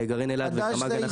לגרעין אלעד וקמ"ג,